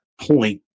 point